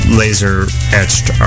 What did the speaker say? laser-etched